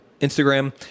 Instagram